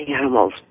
animals